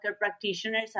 practitioners